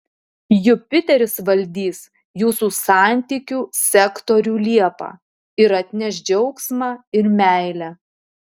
jupiteris valdys jūsų santykių sektorių liepą ir atneš džiaugsmą ir meilę